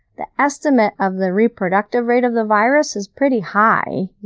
the estimate of the reproductive rate of the virus is pretty high.